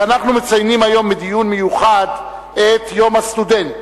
אנחנו מציינים היום בדיון מיוחד את יום הסטודנט.